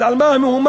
אז על מה המהומה?